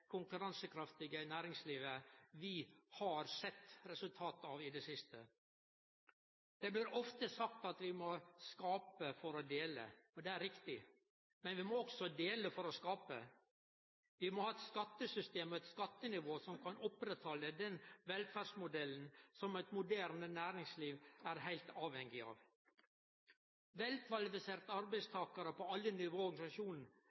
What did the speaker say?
konkurransekraftige næringslivet vi har sett resultatet av i det siste. Det blir ofte sagt at vi må skape for å dele, og det er riktig, men vi må også dele for å skape. Vi må ha eit skattesystem og eit skattenivå som kan oppretthalde den velferdsmodellen som eit moderne næringsliv er heilt avhengig